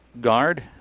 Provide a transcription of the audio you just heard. guard